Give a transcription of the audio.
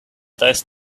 those